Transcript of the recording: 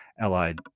allied